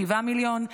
שבעה מיליון?